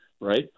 right